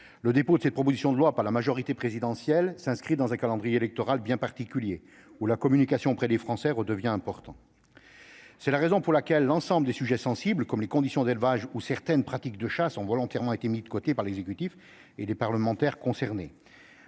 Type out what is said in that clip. le dépôt de cette proposition de loi par la majorité présidentielle s'inscrit dans un calendrier électoral bien particulier, où la communication auprès des Français redevient importante. C'est la raison pour laquelle l'ensemble des sujets sensibles, comme les conditions d'élevage ou certaines pratiques de chasse, a été volontairement mis de côté par l'exécutif et les parlementaires concernés.